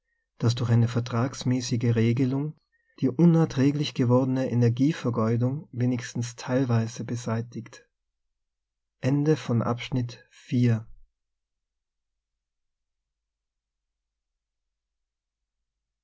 das durch eine vertrags mäßige regelung die unerträglich gewordene energie vergeudung wenigstens teilweise beseitigt